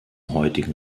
heutigen